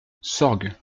sorgues